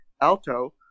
Alto